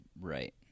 right